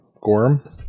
Gorm